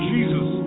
Jesus